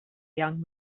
young